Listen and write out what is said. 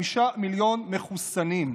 5 מיליון מחוסנים.